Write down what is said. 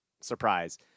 surprise